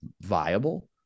viable